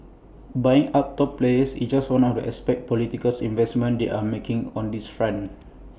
buying up top players is just one aspect of the political investments they are making on this front